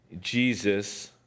Jesus